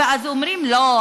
ואז אומרים: לא,